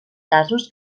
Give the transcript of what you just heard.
casos